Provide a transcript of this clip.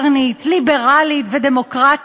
במקום שהממשלה תפגין אחריות ותטלטל את כל המערכות